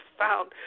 found